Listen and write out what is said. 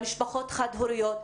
למשפחות חד הוריות.